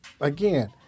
again